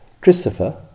Christopher